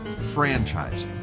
franchising